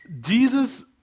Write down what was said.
Jesus